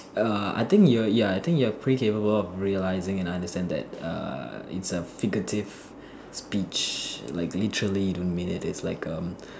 err I think you're ya I think you're pretty capable of realising and understanding that err it's a figurative speech like literally you don't mean it it's like um